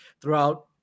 throughout